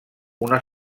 una